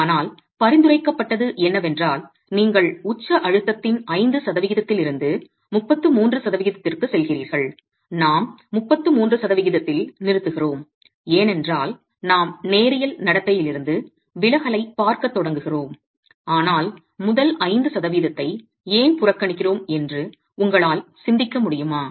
ஆனால் பரிந்துரைக்கப்பட்டது என்னவென்றால் நீங்கள் உச்ச அழுத்தத்தின் 5 சதவிகிதத்திலிருந்து 33 சதவிகிதத்திற்குச் செல்கிறீர்கள் நாம் 33 சதவிகிதத்தில் நிறுத்துகிறோம் ஏனென்றால் நாம் நேரியல் நடத்தையிலிருந்து விலகலைப் பார்க்கத் தொடங்குகிறோம் ஆனால் முதல் 5 சதவீதத்தை ஏன் புறக்கணிக்கிறோம் என்று உங்களால் சிந்திக்க முடியுமா